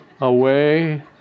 away